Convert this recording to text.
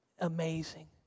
amazing